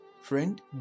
Friend